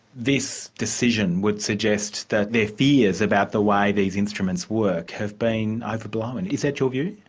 this decision would suggest that their fears about the way these instruments work, have been overblown is that your view?